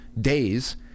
days